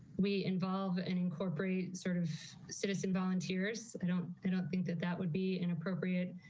we involve and incorporate sort of citizen volunteers i don't i don't think that that would be an appropriate